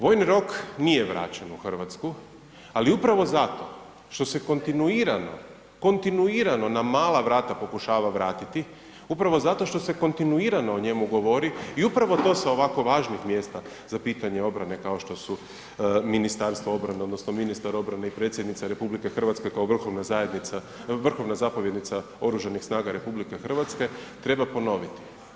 Vojni rok nije vraćen u Hrvatsku, ali upravo zato što se kontinuirano, kontinuirano na mala vrata pokušava vratiti, upravo zašto što se kontinuirano o njemu govori i upravo to sa ovako važnih mjesta za pitanje obrane, kao što su Ministarstvo obrane, odnosno ministar obrane i predsjednica RH, kao vrhovna zapovjednica Oružanih snaga RH, treba ponoviti.